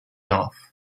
off